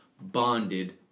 bonded